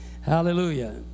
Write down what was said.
hallelujah